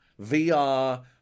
VR